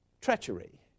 Treachery